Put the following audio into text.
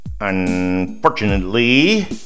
Unfortunately